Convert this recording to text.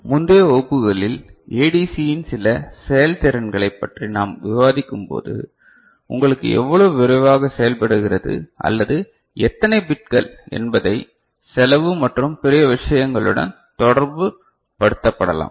முந்தைய வகுப்புகளில் ஏடிசியின் சில செயல்திறன்களைப் பற்றி நாம் விவாதிக்கும்போது உங்களுக்கு எவ்வளவு விரைவாக செயல்படுகிறது அல்லது எத்தனை பிட்கள் என்பதை செலவு மற்றும் பிற விஷயங்களுடன் தொடர்புபடுத்தப்படலாம்